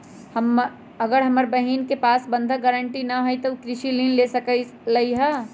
अगर हमर बहिन के पास बंधक गरान्टी न हई त उ कृषि ऋण कईसे ले सकलई ह?